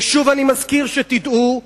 ושוב אני מזכיר, שתדעו,